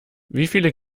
wieviele